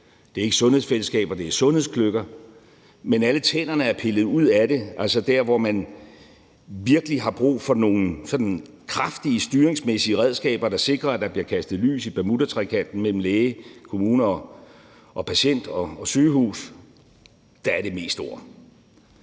det er ikke sundhedsfællesskaber, det er sundhedsklynger. Men alle tænderne er pillet ud af det. Altså der, hvor man virkelig har brug for nogle kraftige styringsmæssige redskaber, der sikrer, at der bliver kastet lys over bermudatrekanten mellem læge, kommune, patient og sygehus, er det mest ord.